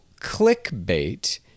Clickbait